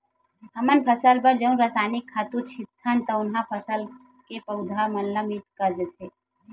हमन फसल बर जउन रसायनिक खातू छितथन तउन ह फसल के पउधा ल मीठ कर देथे